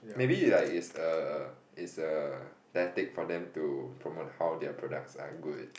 maybe like it's a it's a tactic for them to promote how their products are good